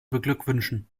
beglückwünschen